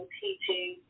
teaching